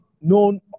known